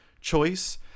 choice